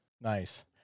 Nice